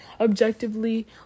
objectively